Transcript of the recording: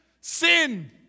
sin